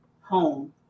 home